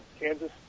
Kansas